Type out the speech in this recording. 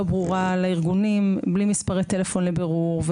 ברורה לארגונים בלי מספרי טלפון לבירור.